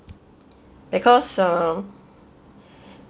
because uh